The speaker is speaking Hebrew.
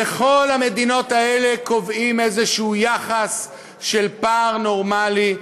בכל המדינות האלה קובעים איזה יחס של פער נורמלי,